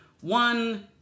one